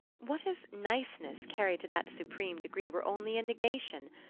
what if niceness carried to that supreme degree were only a negation,